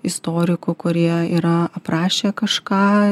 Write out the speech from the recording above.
istorikų kurie yra aprašę kažką